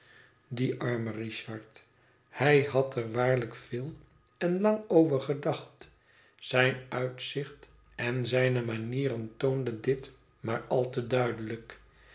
die arme richard hij had er waarlijk veel en lang over gedacht zijn uitzicht en zijne manieren toonden dit maar al te duidelijk